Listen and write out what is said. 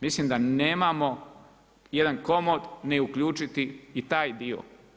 Mislim da nemamo jedan komot ni uključiti taj dio.